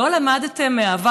לא למדתם מהעבר?